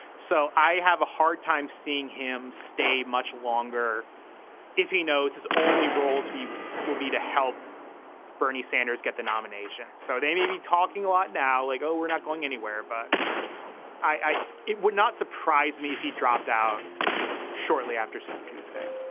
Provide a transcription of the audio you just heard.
so i have a hard time seeing him stay much longer if he knows his only role to be will will be to help bernie sanders get the nomination. so they may be talking a lot now like, oh, we're not going anywhere. but i it would not surprise me if he dropped out shortly after super tuesday